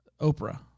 Oprah